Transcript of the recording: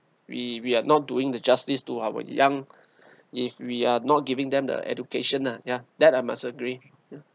we we are not doing the justice to our young if we are not giving them the education lah ya that I must agree ya